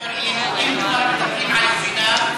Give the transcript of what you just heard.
אם כבר מדברים על גבינה,